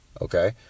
okay